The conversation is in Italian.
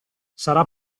sarà